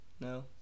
No